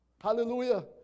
Hallelujah